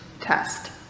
test